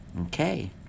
Okay